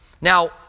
Now